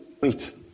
wait